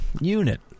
unit